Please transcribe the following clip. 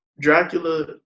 Dracula